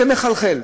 זה מחלחל.